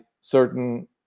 certain